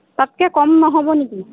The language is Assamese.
তাতকৈ কম নহ'ব নেকি